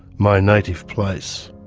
my native place.